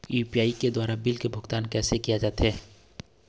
UPI के द्वारा bill के भुगतान कैसे किया जाथे?